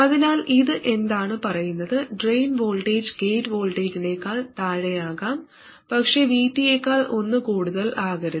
അതിനാൽ ഇത് എന്താണ് പറയുന്നത് ഡ്രെയിൻ വോൾട്ടേജ് ഗേറ്റ് വോൾട്ടേജിനേക്കാൾ താഴെയാകാം പക്ഷേ VT യേക്കാൾ ഒന്ന് കൂടുതൽ ആകരുത്